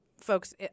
Folks